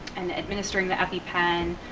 and administering the epipen,